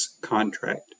contract